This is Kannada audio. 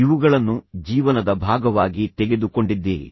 ಈಗ ಇವುಗಳನ್ನು ನೀವು ನಿಮ್ಮ ಜೀವನದ ಭಾಗವಾಗಿ ತೆಗೆದುಕೊಂಡಿದ್ದೀರಿ